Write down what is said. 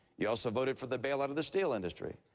you also voted for the bail out of the steel industry.